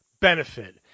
benefit